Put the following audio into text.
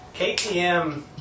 KTM